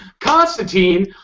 Constantine